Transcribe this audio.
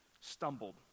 stumbled